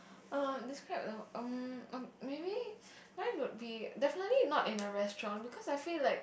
um describe the~ maybe mine would be definitely not in a restaurant because I feel like